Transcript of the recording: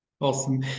Awesome